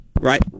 right